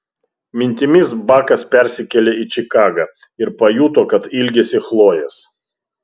mintimis bakas persikėlė į čikagą ir pajuto kad ilgisi chlojės